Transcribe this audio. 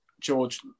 George